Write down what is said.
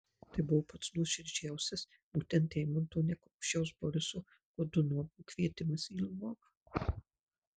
tai buvo pats nuoširdžiausias būtent eimunto nekrošiaus boriso godunovo kvietimas į lvovą